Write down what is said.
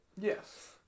Yes